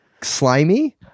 slimy